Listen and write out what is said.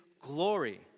glory